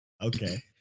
Okay